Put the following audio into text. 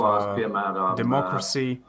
democracy